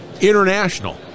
international